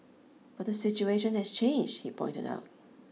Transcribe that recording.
but the situation has changed he pointed out